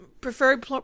preferred